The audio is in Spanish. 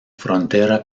frontera